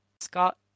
Scott